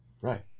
right